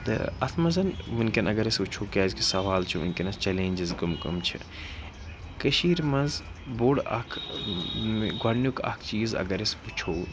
تہٕ اَتھ منٛز وٕنکٮ۪ن اگر أسۍ وٕچھو کیٛازِکہِ سَوال چھِ وٕنکٮ۪نَس چَلینجِز کٔم کٔم چھِ کٔشیٖر منٛز بوٚڑ اَکھ گۄڈنیُک اَکھ چیٖز اگر أسۍ وٕچھو